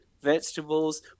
vegetables